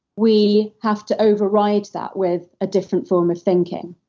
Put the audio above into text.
we have to override that with a different form of thinking.